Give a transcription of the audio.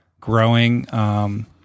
growing